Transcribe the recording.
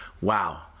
Wow